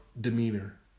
demeanor